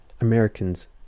Americans